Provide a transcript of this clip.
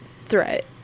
threat